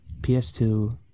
PS2